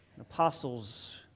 apostle's